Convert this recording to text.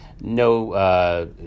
no